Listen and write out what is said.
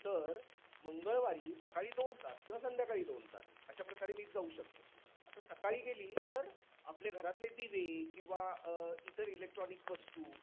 तर मंगळवारी सकाळी दोन तास किंवा संध्याकाळी दोन तास अशा प्रकारे वीज जाऊ शकते आता सकाळी गेली तर आपले घरातले दिवे किंवा इतर इलेक्ट्रॉनिक वस्तू